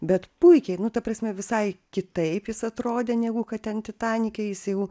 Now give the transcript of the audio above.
bet puikiai nu ta prasme visai kitaip jis atrodė negu kad ten titanike jis jau